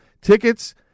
tickets